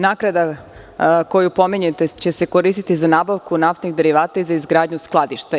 Naknada koju pominjete će se koristiti za nabavku naftnih derivata i za izgradnju skladišta.